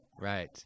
Right